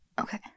Okay